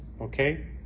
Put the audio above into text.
okay